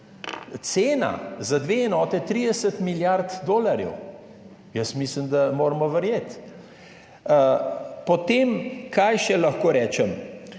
cena za dve enoti je 30 milijard dolarjev. Jaz mislim, da jim moramo verjeti. Kaj še lahko rečem.